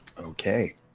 Okay